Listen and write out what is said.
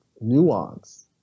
nuance